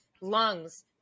Lungs